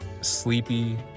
Sleepy